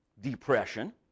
depression